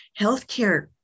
Healthcare